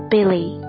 Billy